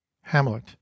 hamlet